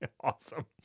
Awesome